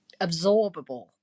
absorbable